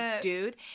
dude